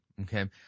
okay